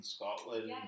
Scotland